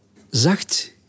Zacht